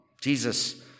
Jesus